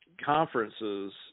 conferences